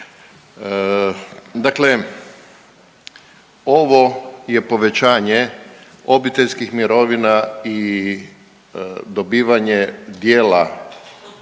Dakle, ovo je povećanje obiteljskih mirovina i dobivanje dijela